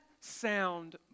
sound